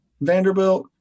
Vanderbilt